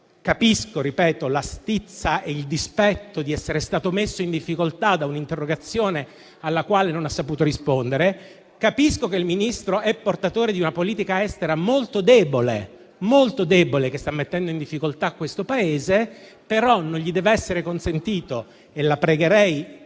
che comprendo la stizza e il dispetto di essere stato messo in difficoltà da un'interrogazione alla quale non ha saputo rispondere. Capisco che il Ministro è portatore di una politica estera molto debole, molto debole, che sta mettendo in difficoltà questo Paese. Questo atteggiamento, però, non gli deve essere consentito. Io la pregherei,